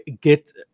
get